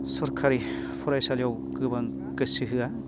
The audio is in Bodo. सरखारि फरायसालियाव गोबां गोसो होआ